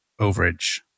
overage